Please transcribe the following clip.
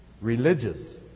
religious